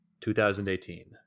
2018